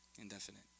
indefinite